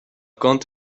kąt